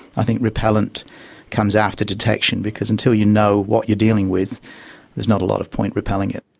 i think repellent comes after detection, because until you know what you're dealing with there's not a lot of point repelling it.